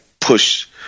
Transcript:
push